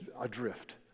adrift